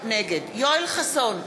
נגד יואל חסון,